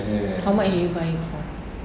how much did you buy it for